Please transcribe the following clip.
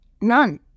none